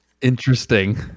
Interesting